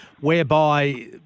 whereby